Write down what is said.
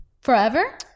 forever